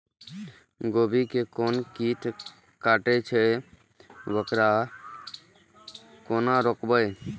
गोभी के कोन कीट कटे छे वकरा केना रोकबे?